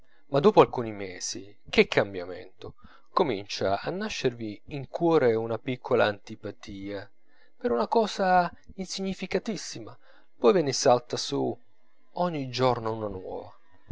ma dopo alcuni mesi che cambiamento comincia a nascervi in cuore una piccola antipatia per una cosa insignificantissima poi ve ne salta su ogni giorno una nuova